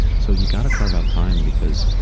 so, you've got to carve out time because